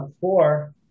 four